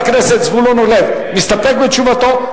חבר הכנסת זבולון אורלב, מסתפק בתשובתו?